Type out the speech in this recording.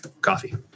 coffee